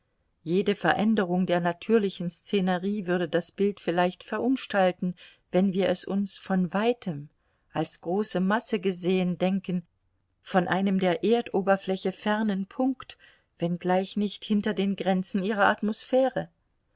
jede veränderung der natürlichen szenerie würde das bild vielleicht verunstalten wenn wir es uns von weitem als große masse gesehen denken von einem der erdoberfläche fernen punkt wenngleich nicht hinter den grenzen ihrer atmosphäre